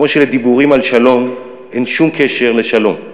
כמו שלדיבורים על שלום אין שום קשר לשלום.